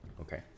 Okay